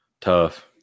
tough